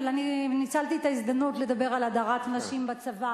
אבל אני ניצלתי את ההזדמנות לדבר על הדרת נשים בצבא